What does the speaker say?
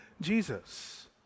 Jesus